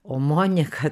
o monika